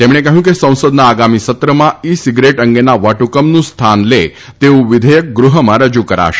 તેમણે કહ્યું કે સંસદના આગામી સત્રમાં ઇ સીગરેટ અંગેના વટહુકમનું સ્થાન લે તેવું વિધેયક ગૃહમાં રજુ કરાશે